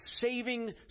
saving